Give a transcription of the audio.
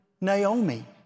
Naomi